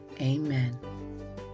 Amen